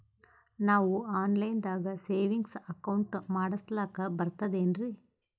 ನಾವು online ದಾಗ savings account ಮಾಡಸ್ಲಾಕ ಬರ್ತದೇನ್ರಿ?